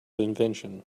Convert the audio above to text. invention